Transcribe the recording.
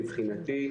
מבחינתי,